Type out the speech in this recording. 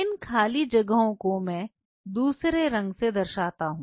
इन खाली जगहों को मैं दूसरे रंग से दर्शाता हूं